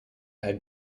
had